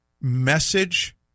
message